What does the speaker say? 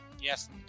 Yes